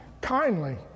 kindly